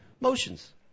motions